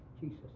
Jesus